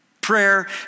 Prayer